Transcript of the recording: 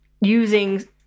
using